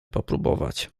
popróbować